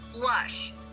flush